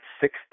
six